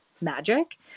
magic